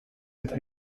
eta